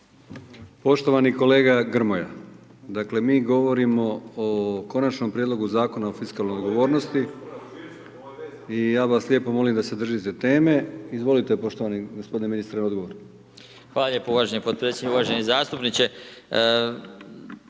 **Brkić, Milijan (HDZ)** Dakle mi govorimo o Konačnom prijedlogu Zakona o fiskalnoj odgovornosti i ja vas lijepo molim da se držite teme, izvolite poštovani gospodine ministre odgovor. **Marić, Zdravko** Hvala poštovani podpredsjedniče, uvaženi zastupniče,